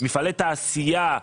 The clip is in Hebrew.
מפעלי תעשייה,